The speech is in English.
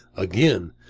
again,